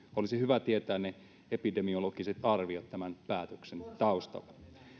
olisi hyvä tietää ne epidemiologiset arviot tämän päätöksen taustalla